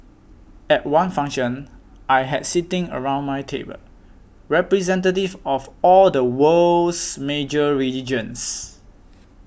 at one function I had sitting around my table representatives of all the world's major religions